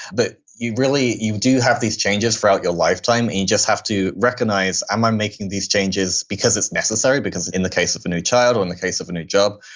but you really you do have these changes throughout your lifetime. lifetime. you just have to recognize, am i making these changes because it's necessary? because in the case of a new child, or in the case of a new job,